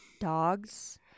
Dogs